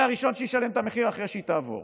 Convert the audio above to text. הראשון שישלם את המחיר אחרי שהיא תעבור.